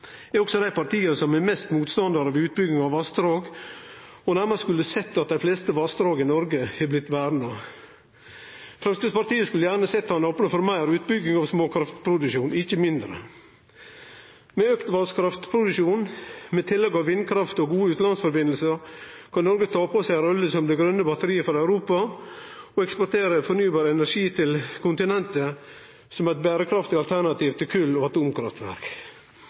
energiproduksjon, også er dei partia som er mest motstandarar av utbygging av vassdrag, og nærast skulle sett at dei fleste vassdraga i Noreg hadde blitt verna. Framstegspartiet skulle gjerne sett at ein kunne opne for meir utbygging av småkraftproduksjon, ikkje mindre. Med auka vasskraftproduksjon, med tillegg av vindkraft og gode utanlandsforbindelsar, kan Noreg ta på seg ei rolle som det grøne batteriet for Europa og eksportere fornybar energi til kontinentet som eit berekraftig alternativ til kol og atomkraftverk.